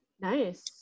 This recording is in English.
Nice